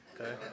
okay